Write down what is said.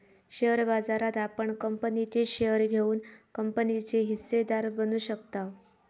share बाजारात आपण कंपनीचे शेअर घेऊन कंपनीचे हिस्सेदार बनू शकताव